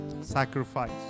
Sacrifice